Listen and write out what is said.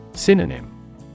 Synonym